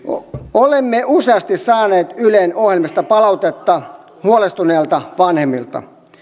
olemme useasti saaneet ylen ohjelmista palautetta huolestuneilta vanhemmilta